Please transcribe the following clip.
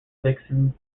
vixen